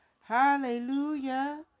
Hallelujah